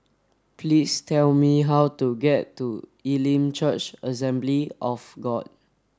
please tell me how to get to Elim Church Assembly of God